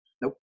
Nope